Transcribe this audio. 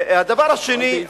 הדבר השני,